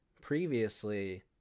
previously